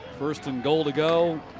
first and goal to go.